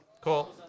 Cool